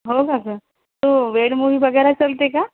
हो का गं तो वेड मुव्ही बघायला चलते का